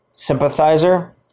Sympathizer